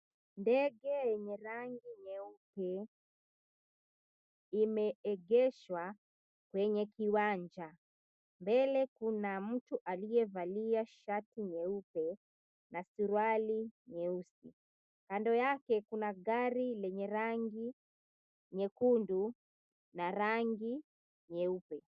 Ndege yenye rangi nyeupe imeegeshwa kwenye kiwanja mbele kuna mtu aliyevalia shati nyeupe na suruali nyeusi, kando yake kuna gari lenye rangi nyekundu na rangi nyeupe.